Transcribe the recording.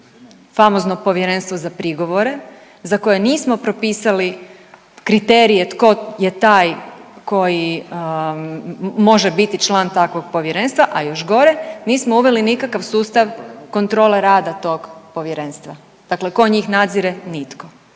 famozno Povjerenstvo za prigovore za koje nismo propisali kriterije tko je taj koji može biti član takvog povjerenstva, a još gore nismo uveli nikakav sustav kontrole rada tog povjerenstva. Dakle tko njih nadzire? Nitko.